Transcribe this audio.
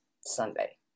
Sunday